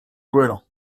gwellañ